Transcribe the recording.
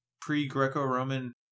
pre-Greco-Roman